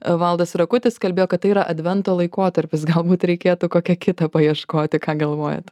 valdas rakutis kalbėjo kad tai yra advento laikotarpis galbūt reikėtų kokią kitą paieškoti ką galvojat